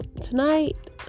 tonight